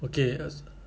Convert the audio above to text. ya